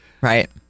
Right